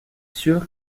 sûr